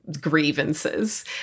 grievances